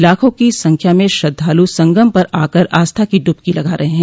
लाखों की संख्या में श्रद्धालु संगम आकर आस्था की डुबकी लगा रहे हैं